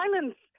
silence